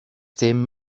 dim